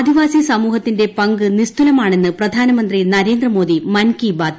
ആദിവാസി സമൂഹത്തിന്റെ പങ്ക് ന്ടിസ്തുലമാണെന്ന് പ്രധാനമന്ത്രി നരേന്ദ്രമോദി മൻ ക്ലീ ബാത്തിൽ